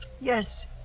Yes